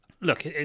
Look